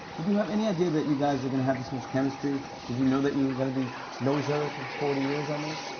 did you have any idea that you guys were gonna have this much chemistry? did you know that you were gonna be know each other for forty years, almost?